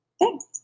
Thanks